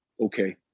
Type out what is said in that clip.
Okay